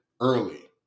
early